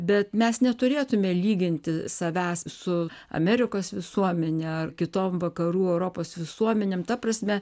bet mes neturėtume lyginti savęs su amerikos visuomene ar kitom vakarų europos visuomenė ta prasme